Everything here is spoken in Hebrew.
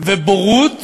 ובורות